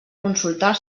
consultar